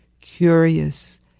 curious